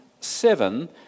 Seven